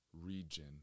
region